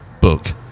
book